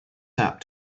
sap